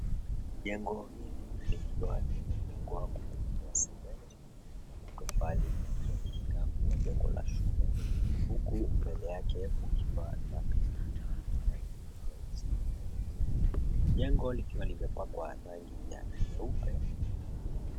Jengo hili likiwa limwjengwa kupitia sementi na matofali ikiaminika kua jengo la shule, huku mbele yake kukiwa na pikipiki ya rangi nyeusi na nyekundu. Jengo likiwa limepakwa rangi ya nyeupe.